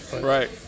right